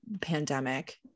pandemic